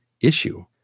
issue